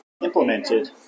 implemented